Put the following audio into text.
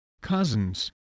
cousins